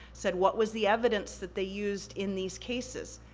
said, what was the evidence that they used in these cases?